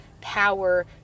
power